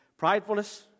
Pridefulness